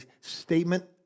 statement